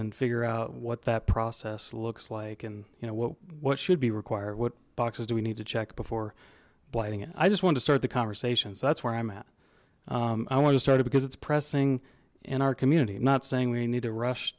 and figure out what that process looks like and you know what what should be required what boxes do we need to check before blighting it i just want to start the conversation so that's where i'm at i want to start it because it's pressing in our community not saying we need to rush